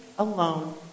Alone